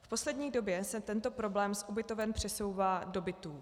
V poslední době se tento problém z ubytoven přesouvá do bytů.